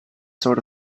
sort